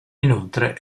inoltre